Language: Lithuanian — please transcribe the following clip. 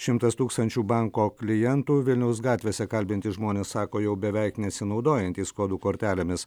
šimtas tūkstančių banko klientų vilniaus gatvėse kalbinti žmonės sako jau beveik nesinaudojantys kodų kortelėmis